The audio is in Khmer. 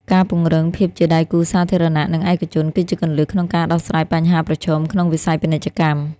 ការពង្រឹងភាពជាដៃគូសាធារណៈ និងឯកជន គឺជាគន្លឹះក្នុងការដោះស្រាយបញ្ហាប្រឈមក្នុងវិស័យពាណិជ្ជកម្ម។